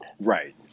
Right